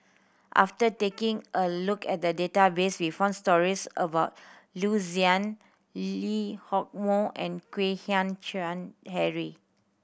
after taking a look at the database we found stories about Loo Zihan Lee Hock Moh and Kwek Hian Chuan Henry